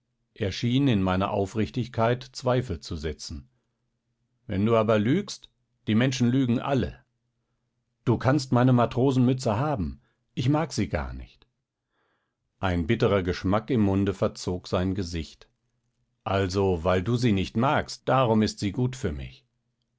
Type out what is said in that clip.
schien in meine aufrichtigkeit zweifel zu setzen wenn du aber lügst die menschen lügen alle du kannst meine matrosenmütze haben ich mag sie gar nicht ein bitterer geschmack im munde verzog sein gesicht also weil du sie nicht magst darum ist sie gut für mich